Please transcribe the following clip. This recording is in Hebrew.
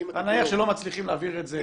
נניח שלא מצליחים להעביר את זה.